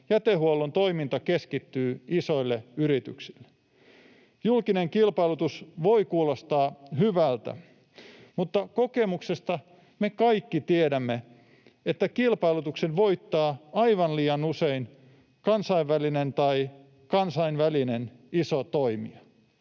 jätehuollon toiminta keskittyy isoille yrityksille. Julkinen kilpailutus voi kuulostaa hyvältä, mutta kokemuksesta me kaikki tiedämme, että kilpailutuksen voittaa aivan liian usein kansallinen tai kansainvälinen iso toimija.